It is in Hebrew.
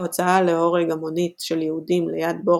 בהוצאה להורג המונית של יהודים ליד בור